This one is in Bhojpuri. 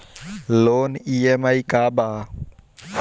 लोन ई.एम.आई का बा?